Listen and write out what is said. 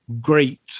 great